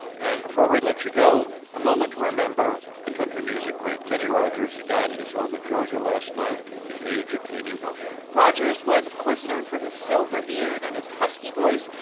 and before we let you go, a moment to remember a country music great, kenny rogers. he died at his home in georgia last night at the age of eighty one point rogers was, of course, known for his silver beard and his husky voice.